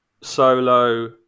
Solo